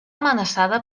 amenaçada